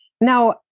Now